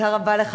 לא,